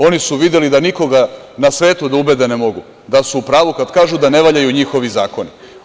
Oni su videli da nikoga na svetu da ubede ne mogu da su u pravu kada kažu da ne valjaju njihovi zakoni.